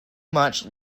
much